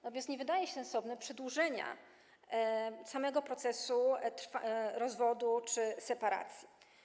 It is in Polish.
Natomiast nie wydaje się sensowne przedłużanie samego procesu rozwodu czy separacji.